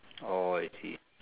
orh I see